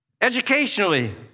Educationally